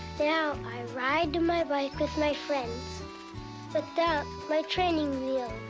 now i ride my bike with my friends without my training wheels.